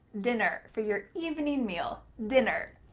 dinner. for your evening meal, dinner.